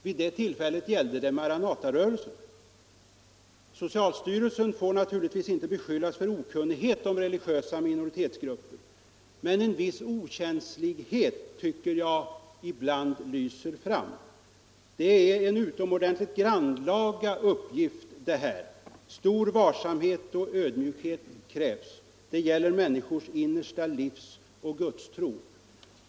Vid det tillfället gällde det Maranatarörelsen. Socialstyrelsen får naturligtvis inte beskyllas för okunnighet om religiösa minoritetsgrupper, men en viss okänslighet tycker jag ibland lyser fram. Detta är en utomordentligt grannlaga uppgift. Stor varsamhet och ödmjukhet krävs — det gäller människors innersta livsoch gudstro.